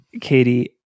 Katie